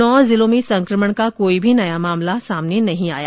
नौ जिलों में संक्रमण का कोई भी नया मामला नहीं मिला